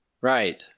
Right